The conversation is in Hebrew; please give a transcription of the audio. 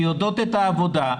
שיודעות את העבודה,